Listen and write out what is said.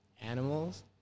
animals